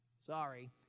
Sorry